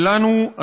ולנו,